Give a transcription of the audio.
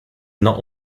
not